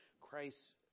Christ